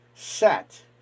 set